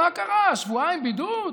מה קרה, שבועיים בידוד?